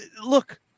look